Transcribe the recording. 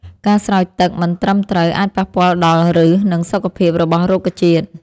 ការស្រោចទឹកមិនត្រឹមត្រូវអាចប៉ះពាល់ដល់ឫស និងសុខភាពរបស់រុក្ខជាតិ។